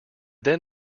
then